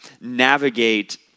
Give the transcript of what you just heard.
navigate